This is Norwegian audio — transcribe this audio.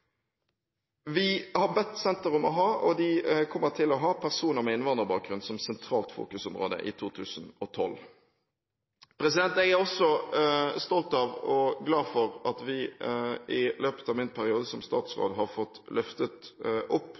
Vi har bedt senteret om å ha – og de kommer til å ha – personer med innvandrerbakgrunn som et sentralt fokusområde i 2012. Jeg er også stolt av, og glad for, at vi i løpet av min periode som statsråd har fått løftet opp